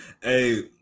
hey